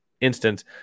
instance